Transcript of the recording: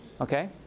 Okay